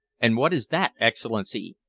and what is that, excellency?